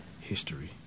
history